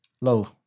low